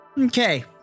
Okay